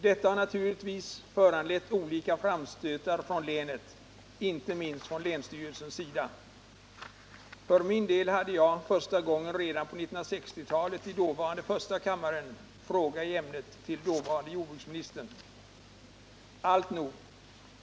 Detta har naturligtvis föranlett olika framstötar från länet, inte minst från länsstyrelsen. För min del riktade jag redan på 1960-talet i dåvarande första kammaren en enkel fråga i ämnet till dåvarande jordbruksministern.